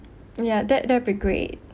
yeah that that would be great